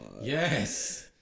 Yes